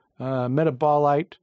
metabolite